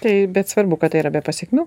taip bet svarbu kad tai yra be pasekmių